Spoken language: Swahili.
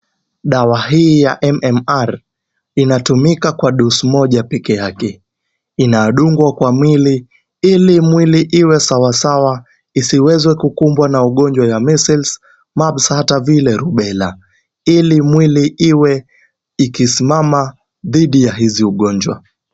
Dawa hii ya MMR inatumika kwa dose moja peke yake, inadungwa kwa mwili ili mwili iwe sawa sawa, isiweze kukumbwa na ugonjwa ya measles, mabs, hata vile rubela, ili mwili iwe ikisimama dhidi ya izi ugonjwa.